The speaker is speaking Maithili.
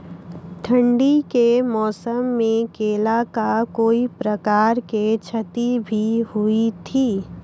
ठंडी के मौसम मे केला का कोई प्रकार के क्षति भी हुई थी?